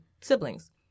siblings